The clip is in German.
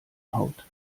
haut